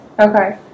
okay